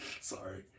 sorry